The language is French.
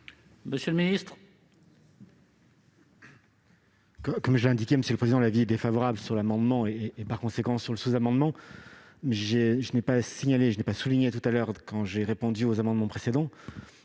Monsieur le ministre,